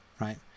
Right